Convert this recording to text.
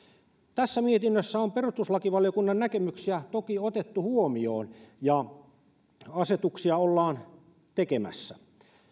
tässä mietinnössä on perustuslakivaliokunnan näkemyksiä toki otettu huomioon ja asetuksia ollaan tekemässä